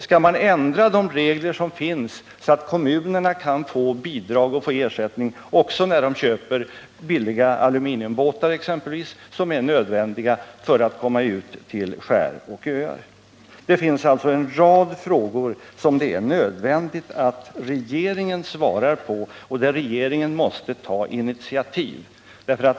Skall man ändra de regler som finns, så att kommunerna kan få bidrag och ersättning också när de köper exempelvis billiga aluminiumbåtar, som är nödvändiga för att komma ut till skär och öar? Det finns alltså en rad frågor som det är nödvändigt att regeringen svarar på och där regeringen måste ta initiativ.